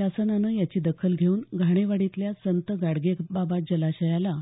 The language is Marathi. शासनानं याची दखल घेऊन घाणेवाडीतल्या संत गाडगेबाबा जलाशयाला